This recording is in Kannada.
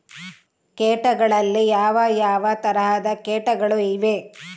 ಕೇಟಗಳಲ್ಲಿ ಯಾವ ಯಾವ ತರಹದ ಕೇಟಗಳು ಇವೆ?